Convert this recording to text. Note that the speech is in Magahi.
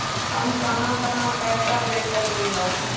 हम कहां कहां पैसा भेज सकली ह?